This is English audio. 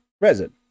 resin